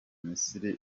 minsi